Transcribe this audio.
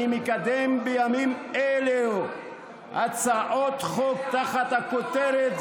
אני מקדם בימים אלה הצעות חוק תחת הכותרת,